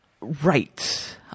Right